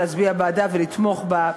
להצביע בעדה ולתמוך בה,